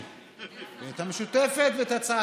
13:49 ונתחדשה בשעה